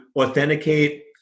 authenticate